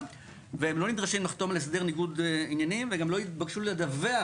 והם לא נדרשים על הסדר ניגוד עניינים וגם לא התבקשו לדווח